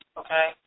okay